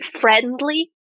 friendly